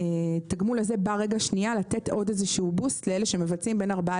התגמול הזה בא לתת עוד איזשהו בוסט לאלה שמבצעים בין ארבעה